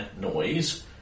noise